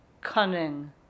cunning